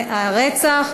עבירת רצח),